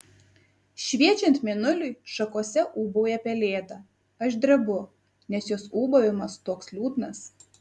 šviečiant mėnuliui šakose ūbauja pelėda aš drebu nes jos ūbavimas toks liūdnas